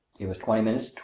it was twenty minutes to